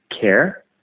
care